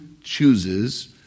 chooses